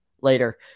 later